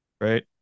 right